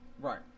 right